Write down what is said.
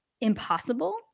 impossible